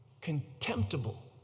Contemptible